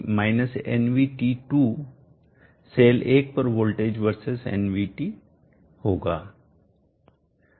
v0 x cell 1 पर voltage versus nvt होगा